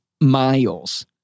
miles